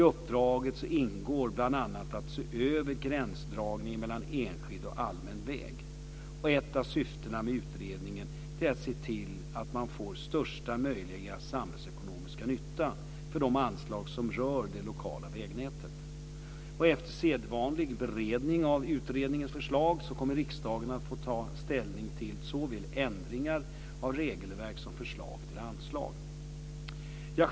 I uppdraget ingår bl.a. att se över gränsdragningen mellan enskild och allmän väg. Ett av syftena med utredningen är att se till att man får största möjliga samhällsekonomiska nytta för de anslag som rör det lokala vägnätet. Efter sedvanlig beredning av utredningens förslag kommer riksdagen att få ta ställning till såväl ändringar av regelverk som förslag till anslag.